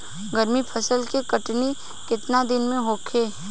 गर्मा फसल के कटनी केतना दिन में होखे?